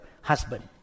husband